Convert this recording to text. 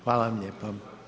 Hvala vam lijepa.